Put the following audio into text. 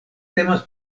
temas